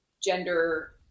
gender